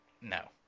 No